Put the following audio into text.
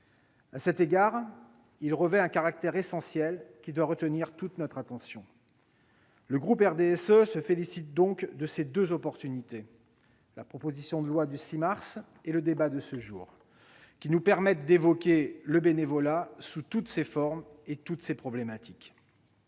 À cet égard, il revêt un caractère essentiel, qui doit retenir toute notre attention. Le groupe du RDSE se félicite donc de ces deux opportunités- la proposition de loi examinée le 6 mars dernier et le débat de ce jour -, qui nous permettent d'évoquer le bénévolat sous toutes ses formes et toutes ses problématiques.